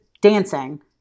dancing